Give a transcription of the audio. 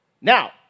Now